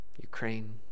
Ukraine